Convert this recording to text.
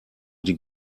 die